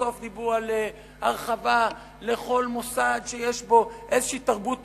בסוף דיברו על הרחבה לכל מוסד שיש בו איזו תרבות תורנית,